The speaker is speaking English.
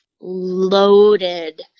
loaded